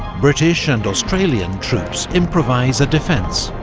british and australian troops improvise a defence,